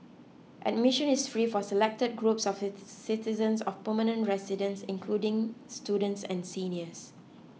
admission is free for selected groups of citizens and permanent residents including students and seniors